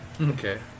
Okay